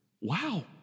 wow